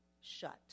shut